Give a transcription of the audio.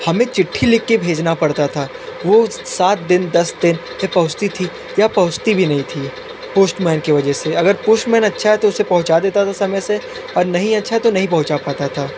हमें चिट्ठी लिख कर भेजना पड़ता था वह सात दिन दस दिन से पहुँचती थी या पहुँचती भी नहीं थी पोस्टमैन के वजह से अगर पोस्टमैन अच्छा है तो उसे पहुँचा देता था समय से और नहीं अच्छा तो नहीं पहुँचा पाता था